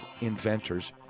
Inventors